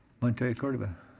montoya-cordova.